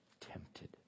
tempted